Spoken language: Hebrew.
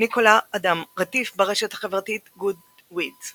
ניקולא אדם רטיף, ברשת החברתית Goodreads